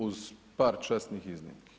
Uz par časnih iznimki.